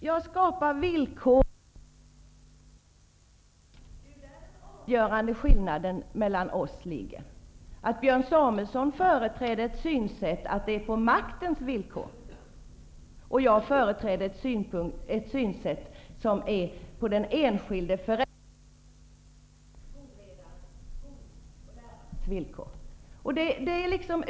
Herr talman! Den avgörande skillnaden mellan oss ligger i att Björn Samuelson företräder synsättet att valet skall ske på maktens villkor. Jag företräder ett synsätt där valet skall göras på den enskilde förälderns, skolledarens och lärarens villkor.